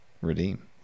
redeem